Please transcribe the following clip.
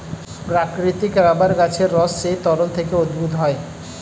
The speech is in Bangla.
প্রাকৃতিক রাবার গাছের রস সেই তরল থেকে উদ্ভূত হয়